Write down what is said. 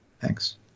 Thanks